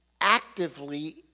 actively